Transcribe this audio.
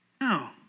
no